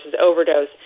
overdose